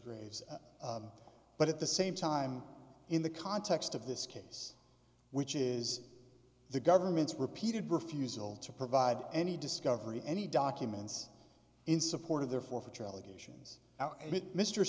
graves but at the same time in the context of this case which is the government's repeated refusal to provide any discovery any documents in support of their for